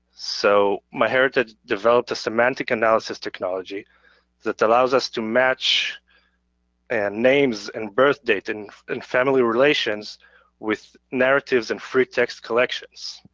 so myheritage developed a semantic analysis technology that allows us to match and names and birthdate and and family relations with narratives in free text collections.